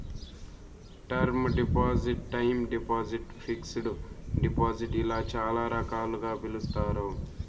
term deposit time deposit fixed deposit ఇలా చాలా రకాలుగా పిలుస్తారు